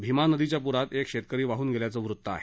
भीमा नदीच्या पुरात एक शेतकरी वाहून गेल्याचं वृत्त आहे